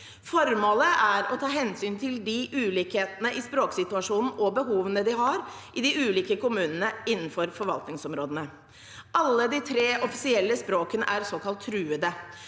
Formålet er å ta hensyn til ulikhetene i språksituasjonen og behovene de har i de ulike kommunene innenfor forvaltningsområdene. Alle de tre offisielle språkene er såkalt truede,